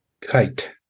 Kite